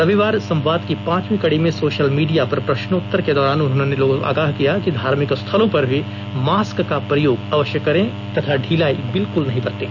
रविवार संवाद की पांचवीं कड़ी में सोशल मीडिया पर प्रश्नोत्तर के दौरान उन्होंने लोगों को आगाह किया कि धार्मिक स्थलों पर भी मास्क का प्रयोग अवश्य करें तथा ढिलाई बिल्कुल न बरतें